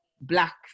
black